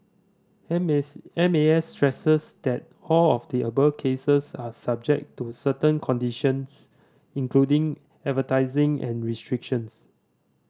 M S M A S stresses that all of the above cases are subject to certain conditions including advertising and restrictions